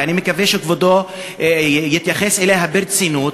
ואני מקווה שכבודו יתייחס אליה ברצינות,